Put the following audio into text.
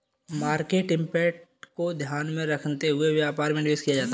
market impact को ध्यान में रखते हुए व्यापार में निवेश किया जाता है